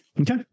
Okay